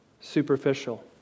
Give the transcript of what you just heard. superficial